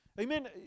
Amen